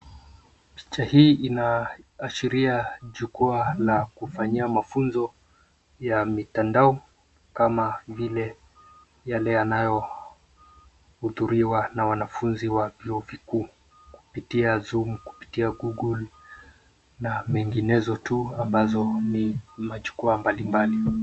Picha hii inaashiria jukwaa la kufanyia mafunzo ya mitandao kama vile yale yanayo hudhuriwa na wanafunzi wa vyuo vikuu kupitia Zoom, kupitia Google na menginezo tu ambazo ni majukwaa mbalimbali.